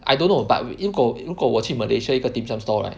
I don't know but 因如果如果我去 Malaysia 一个 dim sum stall right